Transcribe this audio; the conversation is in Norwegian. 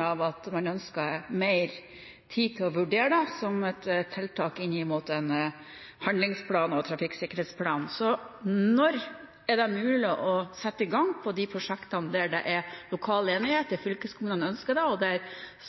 av at man ønsker mer tid til å vurdere det som et tiltak inn mot en handlingsplan og trafikksikkerhetsmelding. Når er det mulig å sette i gang disse prosjektene der det er lokal enighet, fylkeskommunen ønsker dem og